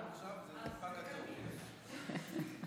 כל האנשים האלה פה שיושבים עכשיו בקואליציה ובממשלה,